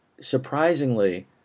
surprisingly